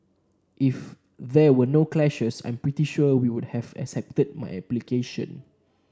if there were no clashes I'm pretty sure we would have accepted my application